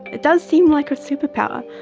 it does seem like a superpower.